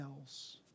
else